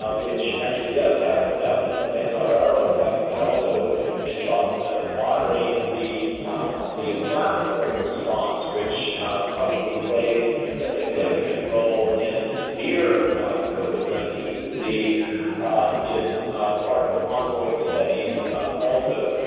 which actually does have some evidence of antiviral effect, but also is thought to moderate the the inflammatory response, which probably plays a significant role in severe covid nineteen disease is part of ongoing studies also.